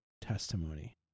testimony